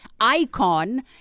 icon